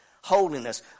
Holiness